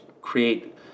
create